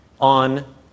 on